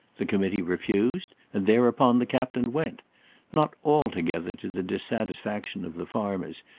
the committee refused, and thereupon the captain went not altogether to the dissatisfaction of the farmers,